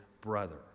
brother